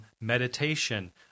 Meditation